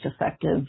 effective